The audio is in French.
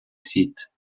site